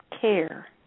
care